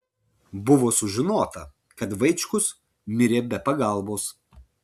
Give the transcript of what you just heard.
buvo sužinota kad vaičkus mirė be pagalbos